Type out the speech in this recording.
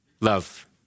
love